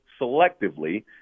selectively